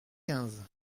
quinze